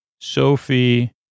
Sophie